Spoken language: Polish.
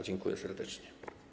Dziękuję serdecznie.